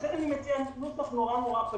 לכן אני מציע נוסח פשוט: